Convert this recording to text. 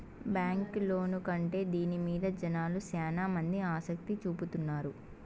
bank loan కంటే దీని మీద జనాలు శ్యానా మంది ఆసక్తి చూపుతున్నారు